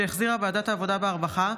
שהחזירה ועדת העבודה והרווחה.